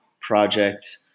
project